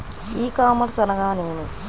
ఈ కామర్స్ అనగా నేమి?